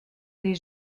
les